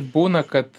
būna kad